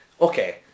Okay